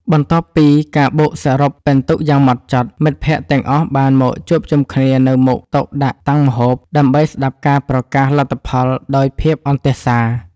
បន្ទាប់ពីការបូកសរុបពិន្ទុយ៉ាងហ្មត់ចត់ មិត្តភក្តិទាំងអស់បានមកជួបជុំគ្នានៅមុខតុដាក់តាំងម្ហូប ដើម្បីស្ដាប់ការប្រកាសលទ្ធផលដោយភាពអន្ទះសារ។